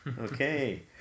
Okay